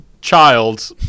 child